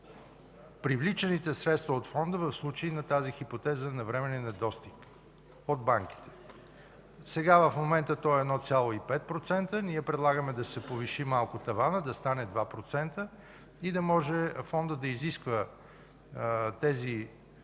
привличаните средства от Фонда в случай на тази хипотеза на временен недостиг от банките. Сега, в момента, той е 1,5%. Ние предлагаме да се повиши малко таванът и да стане 2%, да може Фондът да изисква тези